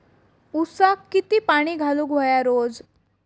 ऊसाक किती पाणी घालूक व्हया रोज?